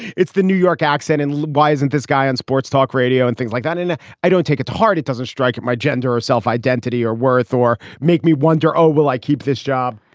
it's the new york accent. and why isn't this guy on sports, talk radio and things like that? and i don't take it to heart. it doesn't strike at my gender or self-identity or worth or make me wonder, oh, will i keep this job?